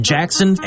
Jackson